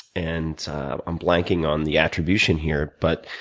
and i'm blanking on the attribution here but